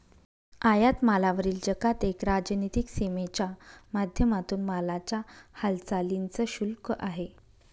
आयात मालावरील जकात एक राजनीतिक सीमेच्या माध्यमातून मालाच्या हालचालींच शुल्क आहे